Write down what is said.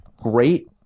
great